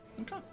Okay